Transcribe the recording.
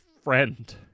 friend